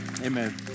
Amen